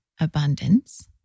abundance